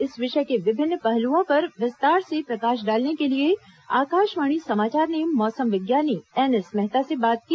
इस विषय के विभिन्न पहलुओं पर विस्तार से प्रकाश डालने के लिए आकाशवाणी समाचार ने मौसम विज्ञानी एनएस मेहता से बात की